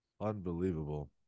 unbelievable